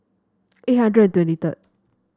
eight hundred twenty third